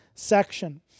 section